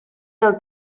del